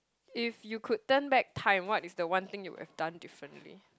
if you could turn back time what is the one thing you will have done differently